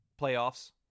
playoffs